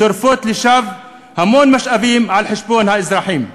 שורפות לשווא המון משאבים על חשבון האזרחים.